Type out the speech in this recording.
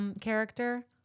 Character